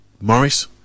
Morris